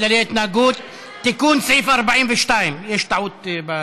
כללי התנהגות, תיקון סעיף 42. יש טעות בזה.